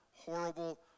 horrible